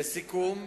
לסיכום,